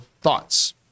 thoughts